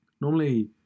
normally